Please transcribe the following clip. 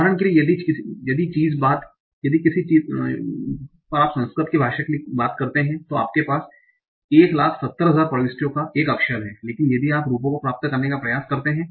उदाहरण के लिए यही बात यदि आप संस्कृत भाषा के लिए करते हैं तो आपके पास 170000 प्रविष्टियों का एक अक्षर है लेकिन यदि आप रूपों को प्राप्त करने का प्रयास करते हैं